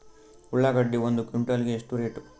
ಉಳ್ಳಾಗಡ್ಡಿ ಒಂದು ಕ್ವಿಂಟಾಲ್ ಗೆ ಎಷ್ಟು ರೇಟು?